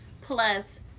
plus